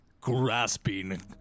Grasping